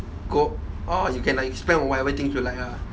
go orh you can like spend on whatever things you like lah